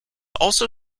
also